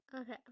Okay